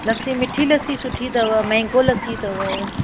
लस्सी मिठी लस्सी सुठी अथव मेंगो लस्सी अथव